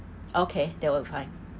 okay that work fine